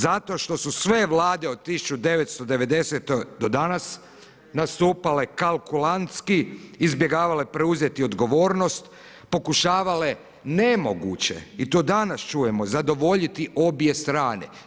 Zato što su sve Vlade od 1990. do danas nastupale kalkulantski, izbjegavale preuzeti odgovornost, pokušavale nemoguće i to danas čujemo zadovoljiti obje strane.